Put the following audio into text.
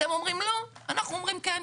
אתם אומרים לא, אנחנו אומרים כן.